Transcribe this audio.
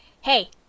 Hey